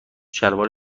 شلوار